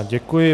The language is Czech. Děkuji.